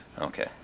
Okay